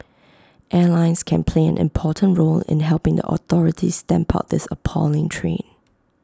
airlines can play an important role in helping the authorities stamp out this appalling trade